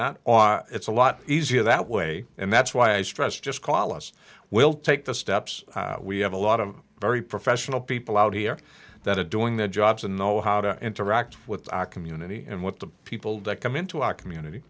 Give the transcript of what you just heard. that it's a lot easier that way and that's why i stress just call us we'll take the steps we have a lot of very professional people out here that are doing their jobs and know how to interact with our community and with the people that come into our community